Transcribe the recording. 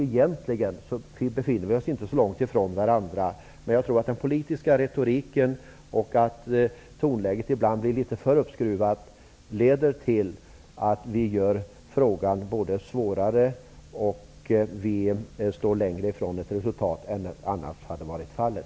Egentligen befinner vi oss inte så långt ifrån varandra. Men den politiska retoriken och det ibland kanske alltför uppskruvade tonläget leder till att vi gör frågan svårare och att vi är längre från ett resultat än vad som annars hade varit fallet.